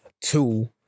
Two